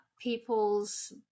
people's